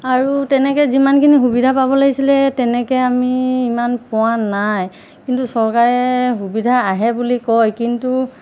আৰু তেনেকৈ যিমানখিনি সুবিধা পাব লাগিছিলে তেনেকৈ আমি ইমান পোৱা নাই কিন্তু চৰকাৰে সুবিধা আহে বুলি কয় কিন্তু